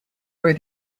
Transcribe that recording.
where